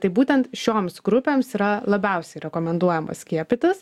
tai būtent šioms grupėms yra labiausiai rekomenduojama skiepytis